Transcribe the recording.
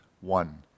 one